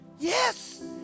Yes